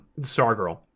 Stargirl